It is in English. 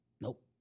Nope